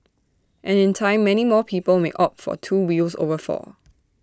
and in time many more people may opt for two wheels over four